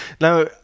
Now